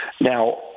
Now